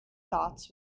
thoughts